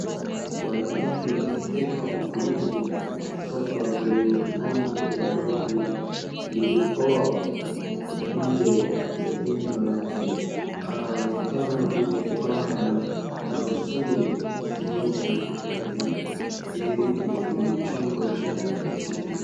Mwanawake akiteka maji kutoka kwenye bombo la maji lilipo nje ya nyumba yake. Anaonekana mwenye furaha na tabasamu huku maji yakitiririka kwenye chombo cha plastiki.